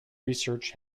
research